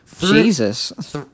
Jesus